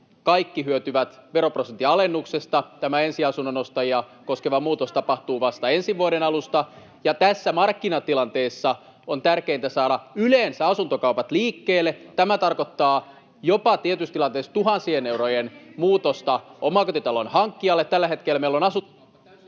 kaikki hyötyvät veroprosentin alennuksesta. Tämä ensiasunnon ostajia koskeva muutos tapahtuu vasta ensi vuoden alusta. Tässä markkinatilanteessa on tärkeintä saada yleensä asuntokaupat liikkeelle. Tämä tarkoittaa tietyissä tilanteissa jopa tuhansien eurojen muutosta omakotitalon hankkijalle. Tällä hetkellä meillä on asuntokauppa